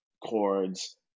chords